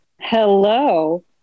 Hello